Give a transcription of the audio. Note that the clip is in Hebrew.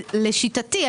לשיטתי,